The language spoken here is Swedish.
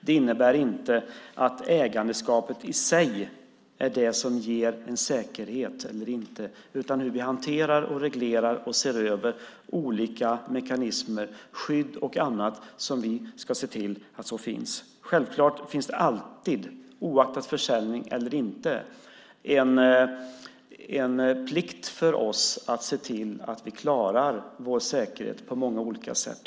Det innebär inte att ägandeskapet i sig är det som ger en säkerhet eller inte, utan det handlar om hur vi hanterar och reglerar och ser över olika mekanismer, skydd och annat som vi ska se till att det finns. Självklart finns det alltid, oaktat försäljning eller inte, en plikt för oss att se till att vi klarar vår säkerhet på många olika sätt.